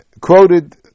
quoted